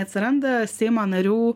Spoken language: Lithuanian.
atsiranda seimo narių